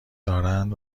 دارند